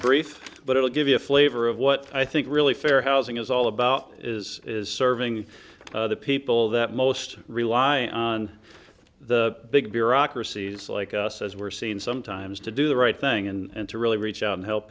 brief but it will give you a flavor of what i think really fair housing is all about is serving the people that most rely on the big bureaucracies like us as we're seen sometimes to do the right thing and to really reach out and help